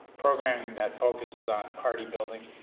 programming that focuses on party building,